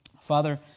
Father